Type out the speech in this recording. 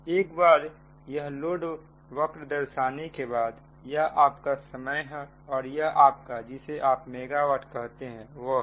एक बार यह लोडवक्र दर्शाने के बाद यह आपका समय है और यह आपका जिसे आप मेगा वाट कहते हैं वह है